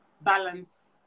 balance